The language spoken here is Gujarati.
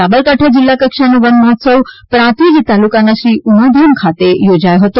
સાબરકાંઠા જીલ્લા કક્ષાનો વન મહોત્સવ પ્રાંતિજ તાલુકાના શ્રી ઉમાધામ ખાતે યોજાયો હતો